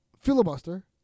filibuster